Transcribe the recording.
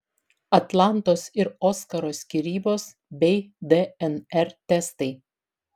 atlantos ir oskaro skyrybos bei dnr testai